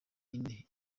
ine